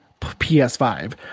PS5